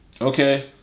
Okay